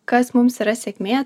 kas mums yra sėkmė